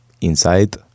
inside